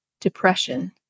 depression